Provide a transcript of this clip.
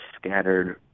scattered